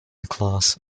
class